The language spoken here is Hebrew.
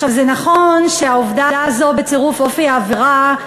זה נכון שהעובדה הזו בצירוף אופי העבירה,